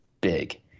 big